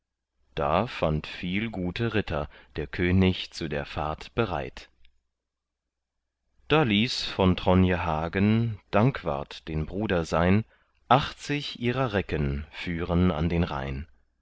da fand viel gute ritter der könig zu der fahrt bereit da ließ von tronje hagen dankwart den bruder sein achtzig ihrer recken führen an den rhein